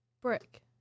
brick